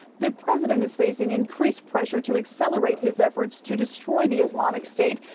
the president is facing increased pressure to accelerate his efforts to destroy the islamic state,